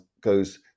goes